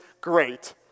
great